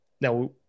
Now